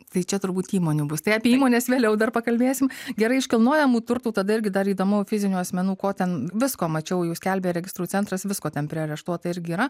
tai čia turbūt įmonių bus tai apie įmones vėliau dar pakalbėsim gerai iš kilnojamų turtų tada irgi dar įdomu fizinių asmenų ko ten visko mačiau jau skelbė registrų centras visko ten priareštuota irgi yra